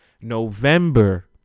november